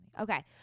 Okay